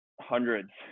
hundreds